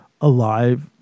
alive